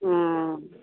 हँ